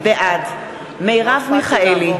בעד מרב מיכאלי,